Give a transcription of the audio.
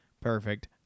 Perfect